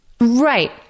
Right